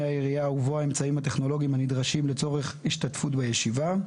העירייה ובו האמצעים הטכנולוגיים הנדרשים לצורך השתתפות בישיבה.